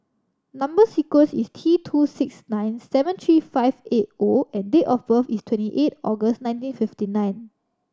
number sequence is T two six nine seven three five eight O and date of birth is twenty eight August nineteen fifty nine